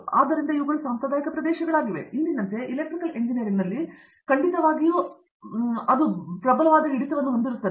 ಆದ್ದರಿಂದ ಇವುಗಳು ಸಾಂಪ್ರದಾಯಿಕ ಪ್ರದೇಶಗಳಾಗಿವೆ ಇಂದಿನಂತೆ ಇಲೆಕ್ಟ್ರಿಕಲ್ ಎಂಜಿನಿಯರಿಂಗ್ನಲ್ಲಿ ಖಂಡಿತವಾಗಿ ಅವರು ಪ್ರಬಲವಾದ ಹಿಡಿತವನ್ನು ಹೊಂದಿರುತ್ತಾರೆ